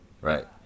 Right